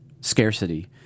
scarcity